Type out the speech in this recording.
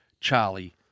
Charlie